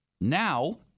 Now